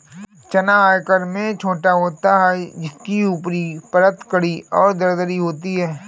चना आकार में छोटा होता है जिसकी ऊपरी परत कड़ी और दरदरी होती है